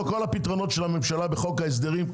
כל הפתרונות של הממשלה בחוק ההסדרים.